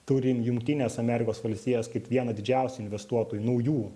turim jungtines amerikos valstijas kaip vieną didžiausių investuotojų naujų